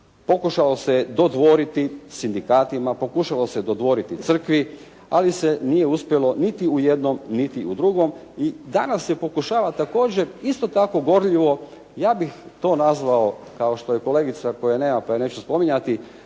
pokušalo se dodvoriti sindikatima, pokušalo se dodvoriti crkvi, ali se nije uspjelo niti u jednom, niti u drugom i danas se pokušava također isto tako govorljivo, ja bih to nazvao kao što je kolegica koje nema pa je neću spominjati,